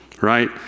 right